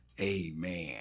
amen